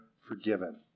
forgiven